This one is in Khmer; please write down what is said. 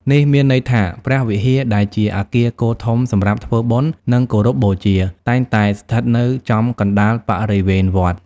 នេះមានន័យថា ព្រះវិហារ ដែលជាអគារគោលធំសម្រាប់ធ្វើបុណ្យ និងគោរពបូជា តែងតែស្ថិតនៅចំកណ្តាលបរិវេណវត្ត។